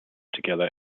together